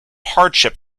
hardship